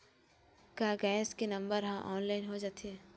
का गैस के नंबर ह ऑनलाइन हो जाथे?